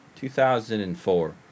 2004